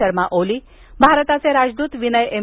शर्मा ओळी भारताचे राजदूत विनय एम